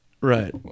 Right